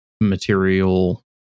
Material